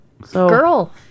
Girl